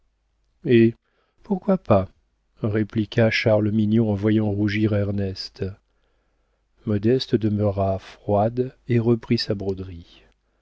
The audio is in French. pourquoi pas répliqua charles mignon en voyant rougir ernest modeste demeura froide et reprit sa broderie